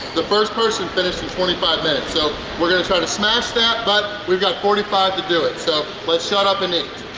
the first person finished it and twenty five minutes so, we're gonna try to smash that, but we've got forty five to do it so, let's shut up and eat.